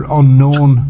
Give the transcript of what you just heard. unknown